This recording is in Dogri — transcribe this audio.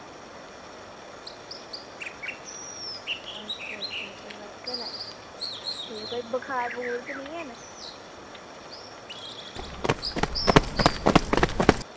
अच्छा अच्छा सर्वाइकल ऐ ठीक ऐ कोई बखार बखूर ते नी हैन